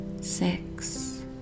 six